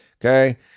okay